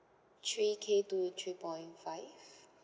three K to three point five